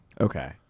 Okay